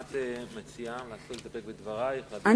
מה את מציעה, להסתפק בדברייך, להעביר לוועדה?